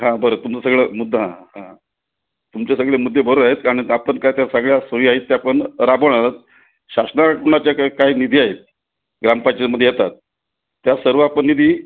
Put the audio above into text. हां बरं तुमचं सगळं मुद्दा हां हां तुमचे सगळे मुद्दे बरोबर आहेत कारण आपण का त्या सगळ्या सोयी आहेत त्या आपण राबवणारच शासनाच्या काही निधी आहेत ग्रामपंचायतमध्ये येतात त्या सर्व आपण निधी